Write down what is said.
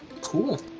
Cool